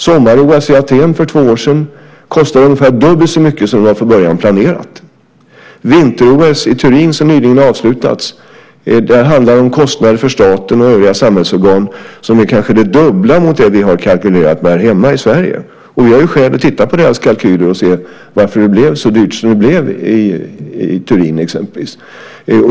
Sommar-OS i Aten för två år sedan kostade ungefär dubbelt så mycket som det från början var planerat. I vinter-OS i Turin, som nyligen avslutats, handlade det om kostnader för staten och övriga samhällsorgan som kanske är de dubbla mot det vi har kalkylerat med här hemma i Sverige. Vi har skäl att titta på deras kalkyler och se varför det blev så dyrt som det blev i Turin.